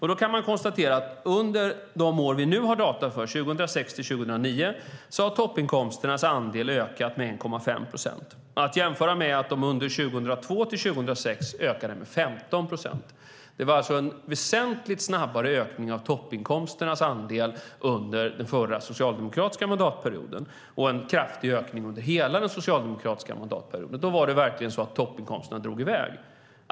Man kan konstatera att under de år som vi nu har data för, 2006-2009, har toppinkomsternas andel ökat med 1,5 procent. Detta är att jämföra med att de under 2002-2006 ökade med 15 procent. Det var alltså en väsentligt snabbare ökning av toppinkomsternas andel under den förra socialdemokratiska mandatperioden och en kraftig ökning under hela den socialdemokratiska mandatperioden. Då drog verkligen toppinkomsterna i väg.